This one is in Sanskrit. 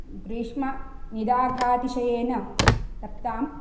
ग्रीष्मनिधाघाती शयेन तत् ताम्